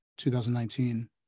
2019